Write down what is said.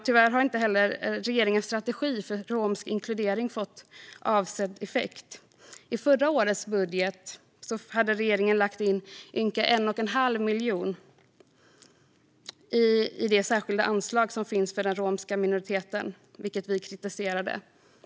Tyvärr har inte heller regeringens strategi för romsk inkludering fått avsedd effekt. I förra årets budget lade regeringen in ynka 1 1⁄2 miljon kronor i det särskilda anslag som finns för den romska minoriteten, vilket vi kritiserade.